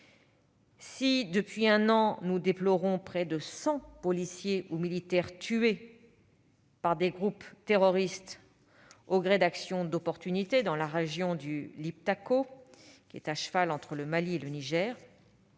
Si, depuis un an, nous déplorons près de 100 policiers ou militaires tués par des groupes terroristes au gré d'actions d'opportunité dans la région du Liptako, qui est à cheval entre le Mali et le Niger,